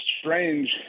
strange